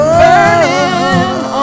burning